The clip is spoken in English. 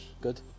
Good